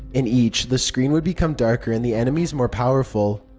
in each, the screen would become darker and the enemies more powerful.